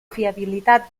fiabilitat